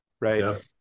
right